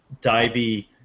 divey